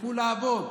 תלכו לעבוד,